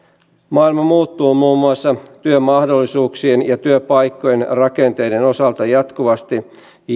maailma muuttuu muun muassa työmahdollisuuksien ja työpaikkojen rakenteiden osalta jatkuvasti ja